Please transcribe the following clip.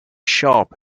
sharp